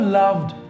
loved